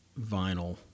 vinyl